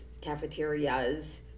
cafeterias